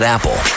Apple